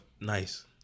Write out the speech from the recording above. Nice